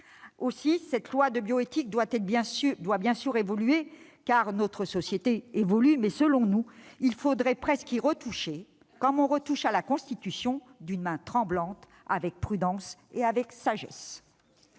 sûr, nos lois de bioéthique doivent évoluer, car notre société évolue ; mais selon nous, il faudrait presque les remanier comme l'on touche à la Constitution, d'une main tremblante, avec prudence et avec sagesse